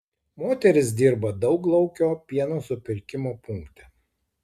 moteris dirba dauglaukio pieno supirkimo punkte